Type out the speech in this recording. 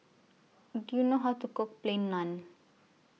Do YOU know How to Cook Plain Naan